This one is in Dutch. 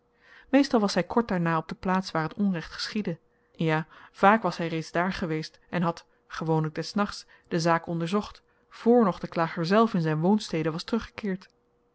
meestal was hy kort daarna op de plaats waar t onrecht geschiedde ja vaak was hy reeds daar geweest en had gewoonlyk des nachts de zaak onderzocht voor nog de klager zelf in zyn woonstede was teruggekeerd